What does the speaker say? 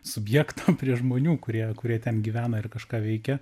subjekto prie žmonių kurie kurie ten gyvena ir kažką veikia